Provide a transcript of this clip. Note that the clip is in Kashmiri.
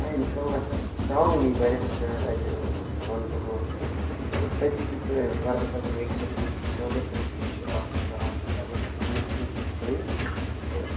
نہ اِنشاء اللہ اَسہِ اَسہِ چھِ ترٛاوٲنی واریاہَن جایَن اَتہِ گاندَربَلَس منٛز تہٕ تٔتی دیُت بَرادَرَن أکۍ تُہٕنٛدی نمبَر دوٚپُکھ یہِ چھُ اَتھ سۭتۍ کَران تہٕ اَگر تُہۍ أمِس نِش تہِ تھٲیِو تہٕ